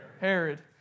Herod